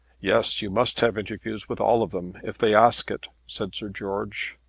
yes, you must have interviews with all of them, if they ask it, said sir george.